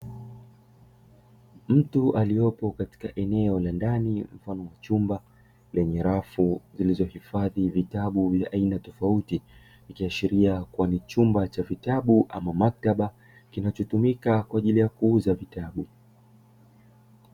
Mtu aliyepo katika eneo la ndani mfano wa chumba. Lenye rafu zilizohifadhi vitabu vya aina tofauti ikiashiria kuwa ni chumba cha maktaba kinachotumika kwa ajili ya kuuza vitabu.